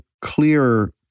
clear